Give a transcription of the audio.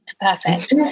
perfect